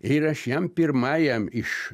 ir aš jam pirmajam iš